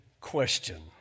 question